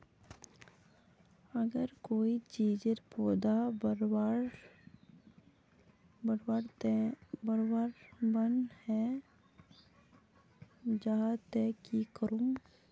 अगर कोई चीजेर पौधा बढ़वार बन है जहा ते की करूम?